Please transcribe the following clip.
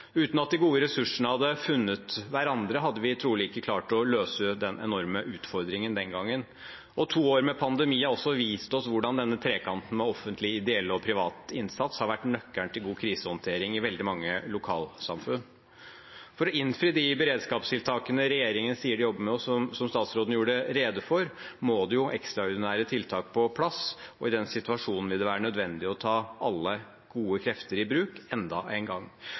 Uten at de gode ressursene hadde funnet hverandre, hadde vi trolig ikke klart å løse den enorme utfordringen den gangen. To år med pandemi har også vist oss hvordan denne trekanten av offentlig, ideell og privat innsats har vært nøkkelen til god krisehåndtering i veldig mange lokalsamfunn. For å innfri de beredskapstiltakene regjeringen sier de jobber med, og som statsråden gjorde rede for, må det ekstraordinære tiltak på plass, og i den situasjonen vil det være nødvendig å ta alle gode krefter i bruk enda en gang.